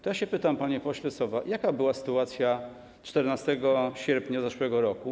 To ja pytam, panie pośle Sowa, jaka była sytuacja 14 sierpnia zeszłego roku?